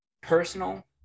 Personal